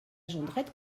jondrette